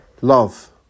Love